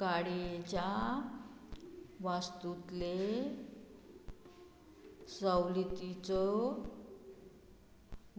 गाडयेच्या वास्तुंतले सवलितीचो